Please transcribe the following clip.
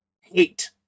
hate